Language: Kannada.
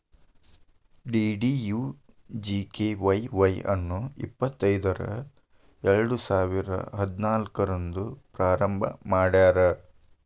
ಡಿ.ಡಿ.ಯು.ಜಿ.ಕೆ.ವೈ ವಾಯ್ ಅನ್ನು ಇಪ್ಪತೈದರ ಎರಡುಸಾವಿರ ಹದಿನಾಲ್ಕು ರಂದ್ ಪ್ರಾರಂಭ ಮಾಡ್ಯಾರ್